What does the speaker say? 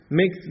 make